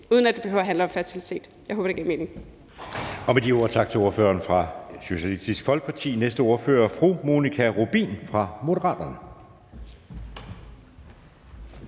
uden at det behøver at handle om fertilitet. Jeg håber, det gav mening.